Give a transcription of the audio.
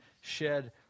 shed